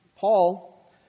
Paul